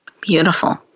Beautiful